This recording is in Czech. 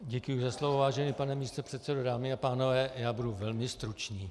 Děkuji za slovo, vážený pane místopředsedo, dámy a pánové, budu velmi stručný.